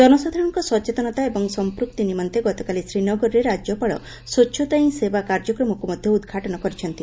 ଜନସାଧାରଣଙ୍କ ସଚେତନତା ଏବଂ ସଂପୂକ୍ତି ନିମନ୍ତେ ଗତକାଲି ଶ୍ରୀନଗରରେ ରାଜ୍ୟପାଳ ସ୍ପଚ୍ଛତା ହିଁ ସେବା କାର୍ଯ୍ୟକ୍ରମକୁ ମଧ୍ୟ ଉଦ୍ଘାଟନ କରିଛନ୍ତି